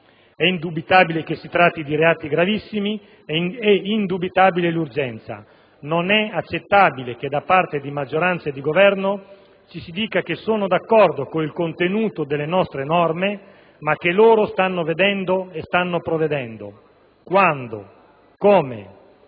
È indubitabile che si tratti di reati gravissimi ed è indubitabile l'urgenza. Non è accettabile che da parte di maggioranza e di Governo ci si dica che sono d'accordo con il contenuto delle nostre norme, ma che "loro" stanno vedendo e stanno provvedendo. Quando? Come?